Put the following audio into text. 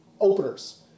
openers